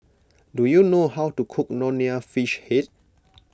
do you know how to cook Nonya Fish Head